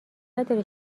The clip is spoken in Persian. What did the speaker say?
نداری